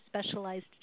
specialized